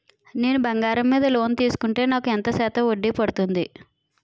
నేను బంగారం మీద లోన్ తీసుకుంటే నాకు ఎంత శాతం వడ్డీ పడుతుంది?